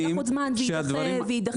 ייקח עוד זמן ויידחה ויידחה.